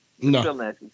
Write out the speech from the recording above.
No